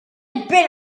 been